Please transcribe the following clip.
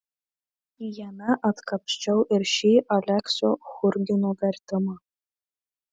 jame atkapsčiau ir šį aleksio churgino vertimą